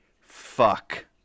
Fuck